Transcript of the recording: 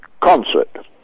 concert